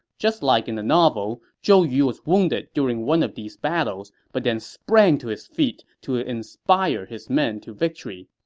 just like in the novel, zhou yu was wounded during one of these battles, but then sprang to his feet to inspire his men to victory.